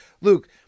luke